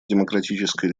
демократической